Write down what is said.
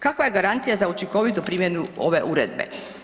Kakva je garancija za učinkovitu primjenu ove uredbe?